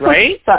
Right